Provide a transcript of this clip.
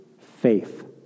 faith